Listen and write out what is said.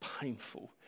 painful